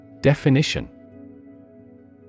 Definition